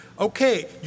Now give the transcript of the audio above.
Okay